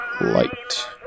Light